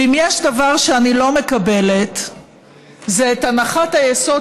ואם יש דבר שאני לא מקבלת זה את הנחת היסוד,